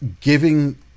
giving